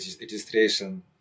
registration